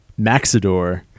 Maxidor